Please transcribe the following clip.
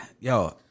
yo